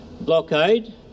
blockade